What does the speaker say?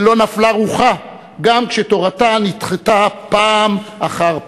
ולא נפלה רוחה גם כשתורתה נדחתה פעם אחר פעם.